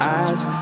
eyes